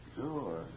Sure